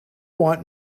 want